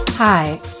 Hi